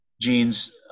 Gene's